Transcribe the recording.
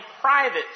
private